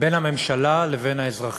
בין הממשלה לבין האזרחים.